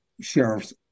sheriffs